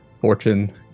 fortune